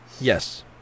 yes